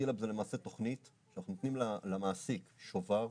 סקיל-אפ זה למעשה תכנית שאנחנו נותנים למעסיק שובר,